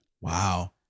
Wow